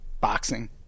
boxing